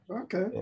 okay